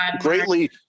greatly